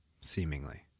seemingly